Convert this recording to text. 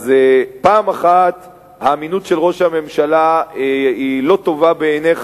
אז פעם אחת האמינות של ראש הממשלה לא טובה בעיניך,